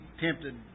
tempted